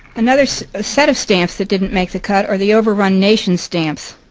another ah set of stamps that didn't make the cut are the overrun nation stamps.